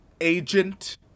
agent